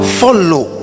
follow